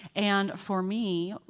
and for me,